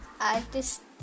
Artist